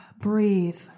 breathe